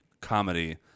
comedy